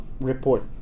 report